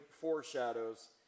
foreshadows